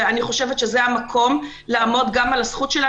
ואני חושבת שזה המקום לעמוד גם על זכותנו